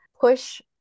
push